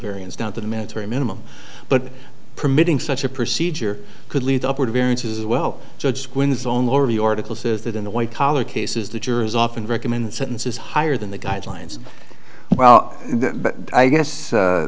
variance down to the mandatory minimum but permitting such a procedure could lead to upward variance as well judge quinn's own laurie article says that in the white collar cases the juries often recommend sentences higher than the guidelines well i guess